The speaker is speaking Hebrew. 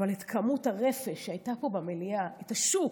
אבל את כמות הרפש שהייתה פה במליאה, את השוק